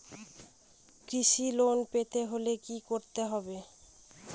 কৃষি লোন পেতে হলে কি করতে হবে?